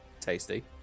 Tasty